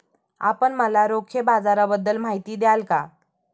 आपण मला रोखे बाजाराबद्दल माहिती द्याल का?